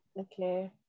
okay